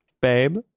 babe